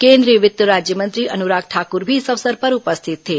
केंद्रीय वित्त राज्यमंत्री अनुराग ठाकुर भी इस अवसर पर उपस्थित थे